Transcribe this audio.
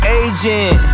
agent